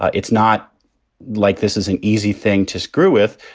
it's not like this is an easy thing to screw with.